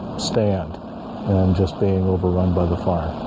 stand and just being overrun by the fire